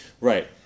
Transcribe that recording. Right